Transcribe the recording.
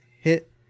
hit